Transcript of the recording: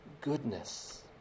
goodness